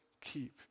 keep